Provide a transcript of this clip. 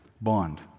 bond